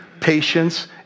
patience